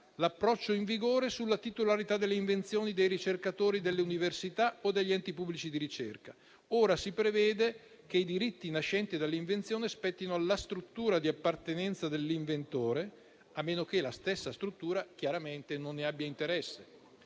l'approccio in vigore sulla titolarità delle invenzioni dei ricercatori delle università o degli enti pubblici di ricerca. Ora si prevede che i diritti nascenti dall'invenzione spettino alla struttura di appartenenza dell'inventore, a meno che la stessa struttura chiaramente non ne abbia interesse.